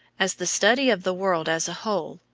as the study of the world as a whole,